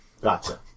Gotcha